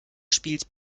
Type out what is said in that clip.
spielt